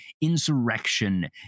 Insurrection